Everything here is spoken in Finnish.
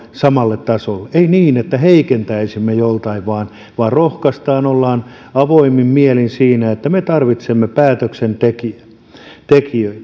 samalle tasolle ei niin että heikentäisimme joltain vaan vaan rohkaistaan ollaan avoimin mielin siinä että me tarvitsemme päätöksentekijöitä